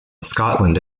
scotland